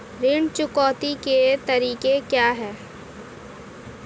ऋण चुकौती के तरीके क्या हैं?